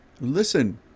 Listen